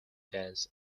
dance